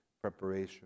preparation